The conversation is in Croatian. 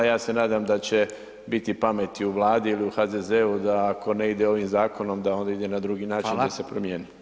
Ja se nadam da će biti pameti u Vladi ili HDZ-u da ako ne ide ovim zakonom da onda ide na drugi način da se promijeni.